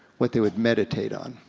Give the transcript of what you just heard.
what they would meditate on.